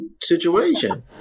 situation